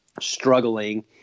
struggling